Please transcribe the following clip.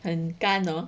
很干 hor